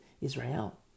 Israel